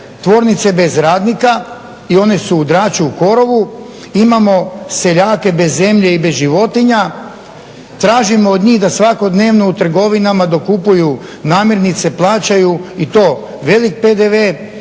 tvornice bez radnike i one su u draču u korovu, imamo seljake bez zemlje i bez životinja, tražimo od njih da svakodnevno u trgovinama dokupuju namirnice, plaćaju i to velik PDV,